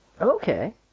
Okay